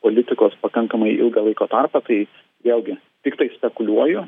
politikos pakankamai ilgą laiko tarpą tai vėlgi tiktai spekuliuoju